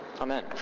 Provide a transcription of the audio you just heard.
Amen